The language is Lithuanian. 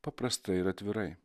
paprastai ir atvirai